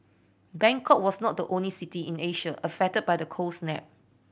Bangkok was not the only city in Asia affected by the cold snap